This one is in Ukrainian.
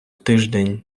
тиждень